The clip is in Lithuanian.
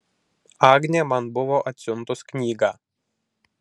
agnė man buvo atsiuntus knygą